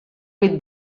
with